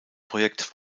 projekt